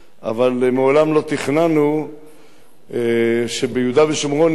אבל מעולם לא תכננו שביהודה ושומרון נקלוט